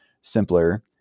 simpler